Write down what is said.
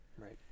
right